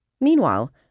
Meanwhile